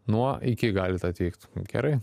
nuo iki galit atvykt gerai